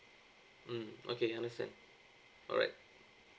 mm okay understand alright